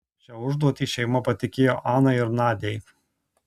šią užduotį šeima patikėjo anai ir nadiai